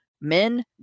Men